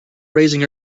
raising